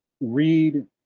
read